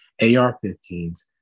AR-15s